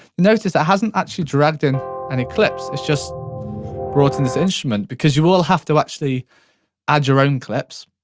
notice this ah hasn't actually dragged in any clips, it's just brought in this instrument because you will will have to actually add your own clips.